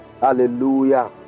Hallelujah